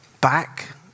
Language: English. Back